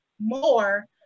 more